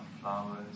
flowers